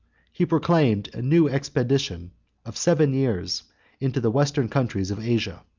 he proclaimed a new expedition of seven years into the western countries of asia.